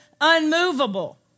unmovable